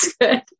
good